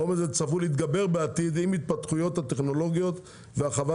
העומס צפוי להתגבר בעתיד עם ההתפתחויות הטכנולוגיות והרחבת